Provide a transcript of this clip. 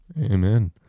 Amen